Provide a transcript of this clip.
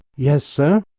yes, sir.